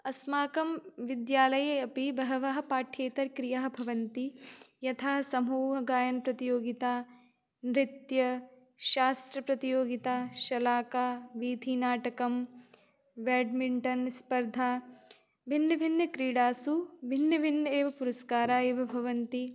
अस्माकं विद्यालये अपि बहवः पाठ्येतरक्रियाः भवन्ति यथा समूहगायनप्रतियोगिता नृत्यं शास्त्रप्रतियोगिता शलाका वीथीनाटकं व्याद्मिण्टन् स्पर्धा भिन्नाभिन्नासु क्रीडासु भिन्नभिन्नाः एव पुरस्काराः एव भवन्ति